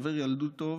חבר ילדות טוב,